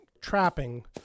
trapping